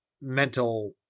mental